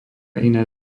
iné